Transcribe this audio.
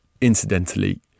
incidentally